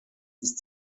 ist